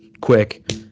quick